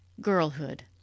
Girlhood